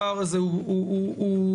הפער הזה הוא מטריד.